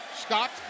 Scott